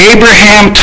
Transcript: Abraham